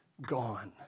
gone